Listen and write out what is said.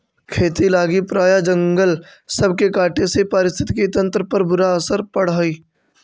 खेती लागी प्रायह जंगल सब के काटे से पारिस्थितिकी तंत्र पर बुरा असर पड़ हई